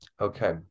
Okay